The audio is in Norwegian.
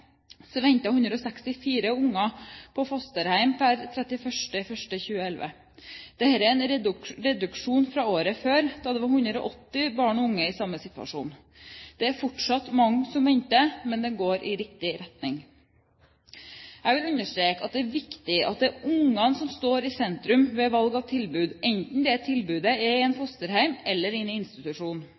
164 unger på fosterhjem per 31. januar 2011. Dette er en reduksjon fra året før, da det var 180 barn og unge i samme situasjon. Det er fortsatt mange som venter, men det går i riktig retning. Jeg vil understreke at det er viktig at det er ungene som står i sentrum ved valg av tilbud, enten det tilbudet er i et fosterhjem eller i en institusjon.